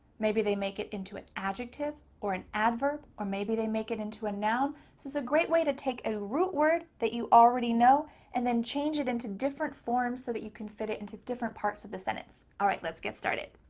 maybe they make it into an adjective or an adverb, or maybe they make it into a noun. so it's a great way to take a root word that you already know and then change it into different forms so that you can fit it into different parts of the sentence. all right, let's get started.